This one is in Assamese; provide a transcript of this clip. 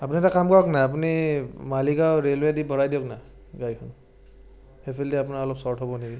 আপুনি এটা কাম কৰক না আপুনি এই মালিগাওঁ ৰেইলৱে দি ভৰাই দিয়ক না গাড়ীখন সেইফালেদি আপোনাৰ অলপ শ্বৰ্ট হ'ব নেকি